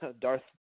Darth